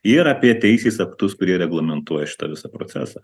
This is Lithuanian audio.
ir apie teisės aktus kurie reglamentuoja šitą visą procesą